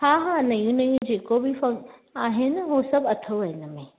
हा हा नयूं नयूं जेको बि सभु आहिनि उहो सभु अथव हिनमें